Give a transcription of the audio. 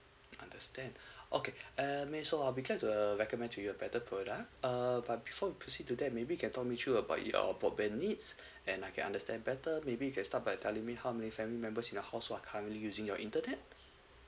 understand okay and madam so I'll be glad to err recommend to you a better product err but before we proceed to that maybe you can told me through about your broadband needs and I can understand better maybe you can start by telling me how many family members in your house who are currently using your internet